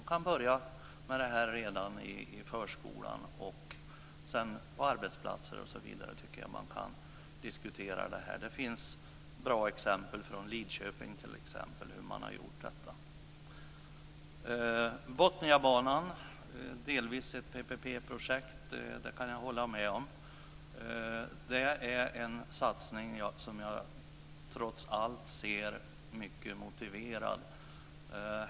Man kan börja med detta redan i förskolan och sedan fortsätta att diskutera detta på arbetsplatser osv. Det finns bra exempel från Lidköping på hur man har gjort detta. Botniabanan är delvis ett PPP-projekt. Det kan jag hålla med om. Det är en satsning som jag trots allt anser är mycket motiverad.